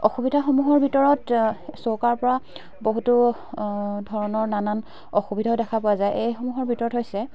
অসুবিধাসমূহৰ ভিতৰত চৌকাৰ পৰা বহুতো ধৰণৰ নানান অসুবিধাও দেখা পোৱা যায় এইসমূহৰ ভিতৰত হৈছে